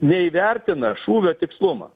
neįvertina šūvio tikslumą